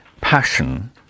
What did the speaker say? passion